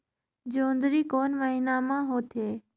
जोंदरी कोन महीना म होथे?